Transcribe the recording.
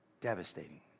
devastating